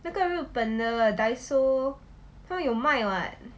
那个日本的 daiso 他们有卖 what